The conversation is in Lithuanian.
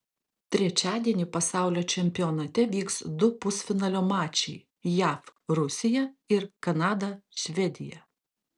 trečiadienį pasaulio čempionate vyks du pusfinalio mačai jav rusija ir kanada švedija